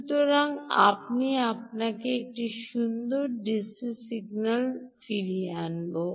সুতরাং আপনি একটি সুন্দর ডিসি সিগন্যাল ফিরিয়ে আনবেন